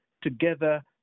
together